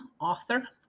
author